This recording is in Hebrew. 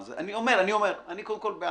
אני קודם כל,